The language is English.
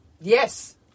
Yes